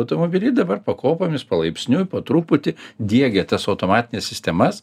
automobilį dabar pakopomis palaipsniui po truputį diegia tas automatines sistemas